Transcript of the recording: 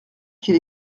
qu’il